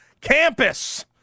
campus